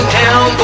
down